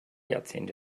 jahrzehnte